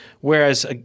whereas